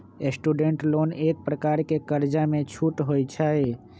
student loan एक प्रकार के कर्जामें छूट होइ छइ